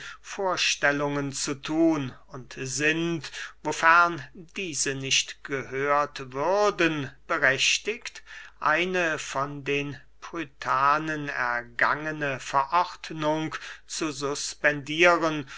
vorstellungen zu thun und sind wofern diese nicht gehört würden berechtigt eine von den prytanen ergangene verordnung zu suspendieren